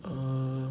err